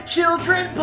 Children